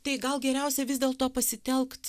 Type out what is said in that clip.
tai gal geriausia vis dėlto pasitelkt